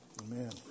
Amen